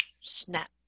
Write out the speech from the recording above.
snap